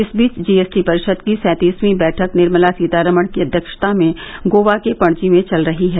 इस बीच जीएसटी परिषद की सैंतिसवीं बैठक निर्मला सीतारामन की अध्यक्षता में गोवा के पणजी में चल रही है